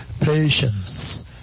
patience